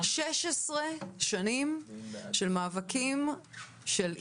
16 שנים של מאבקים של ארגון.